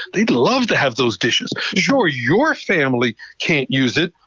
they'd love to have those dishes. sure, your family can't use it,